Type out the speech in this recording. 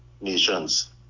nations